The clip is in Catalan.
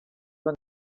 van